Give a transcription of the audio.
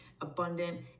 abundant